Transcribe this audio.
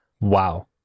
Wow